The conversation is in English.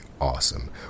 awesome